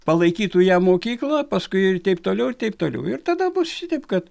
palaikytų ją mokykla paskui ir taip toliau ir taip toliau ir tada bus šitaip kad